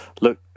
Look